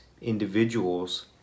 individuals